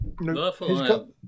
No